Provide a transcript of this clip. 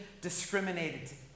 discriminated